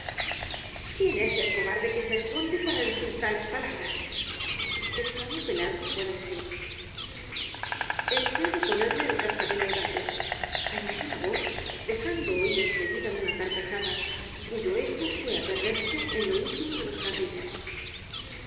quién es el cobarde que se esconde para decir tales palabras exclamó pelasgo fuera de sí e l que ha de ponerle el cascabel al g a t o a ñ a dió la voz dejando oir en seguida una carcajada cuyo eco fué á perderse en lo último de los jardines